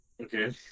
Okay